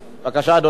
בבקשה, אדוני.